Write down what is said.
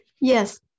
yes